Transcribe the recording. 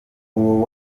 uwo